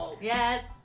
Yes